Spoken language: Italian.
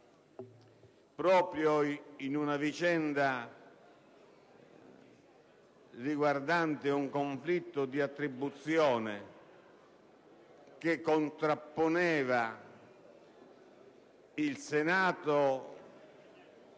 proprio in una vicenda riguardante un conflitto di attribuizione che contrapponeva il Senato